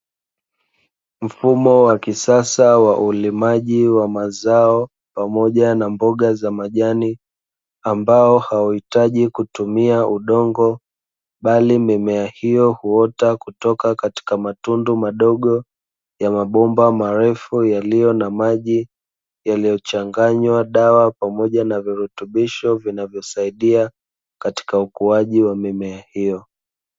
Mfumo wa kisasa wa ulimaji wa mazao pamoja na mboga za majani ambao hauitaji kutumia udongo bali mimea hio huota kutoka katoka katika matundu madogo ya mabomba marefu yaliyo na maji yaliyochanganywa dawa pamoja na virutubisho vinavyosaidia katika ukuaji wa mimea hio.